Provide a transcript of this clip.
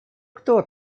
кто